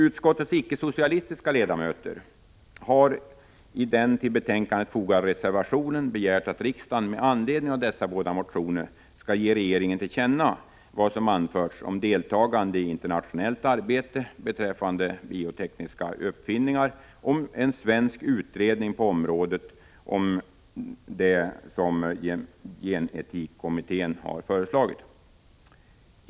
Utskottets icke-socialistiska ledamöter har i den till betänkandet fogade reservationen begärt att riksdagen med anledning av dessa båda motioner skall ge regeringen till känna vad som anförts om deltagande i internationellt arbete beträffande biotekniska uppfinningar och en svensk utredning på området på det sätt som gen-etikkommittén föreslagit.